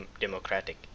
democratic